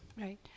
Right